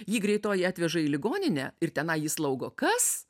jį greitoji atveža į ligoninę ir tenai jį slaugo kas